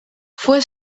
fue